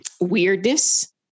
weirdness